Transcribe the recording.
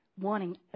wanting